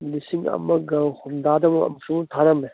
ꯂꯤꯁꯤꯡ ꯑꯃꯒ ꯍꯨꯝꯗ꯭ꯔꯥꯗ ꯑꯃꯨꯛꯁꯨ ꯊꯥꯔꯝꯃꯦ